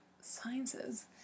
Sciences